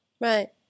Right